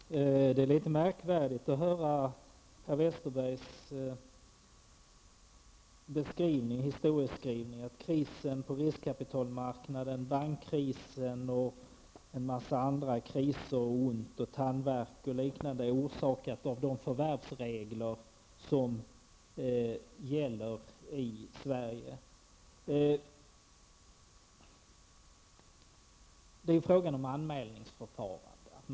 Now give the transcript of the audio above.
Herr talman! Det är litet märkligt att höra Per Westerbergs historieskrivning beträffande krisen på riskkapitalmarknaden, bankkrisen och en mängd andra kriser -- tandvärk och liknande -- som orsakade av de förvärvsregler som gäller i Sverige. Det är fråga om ett anmälningsförfarande.